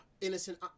innocent